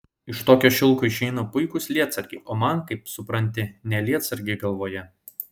iš tokio šilko išeina puikūs lietsargiai o man kaip supranti ne lietsargiai galvoje